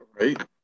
Right